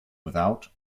without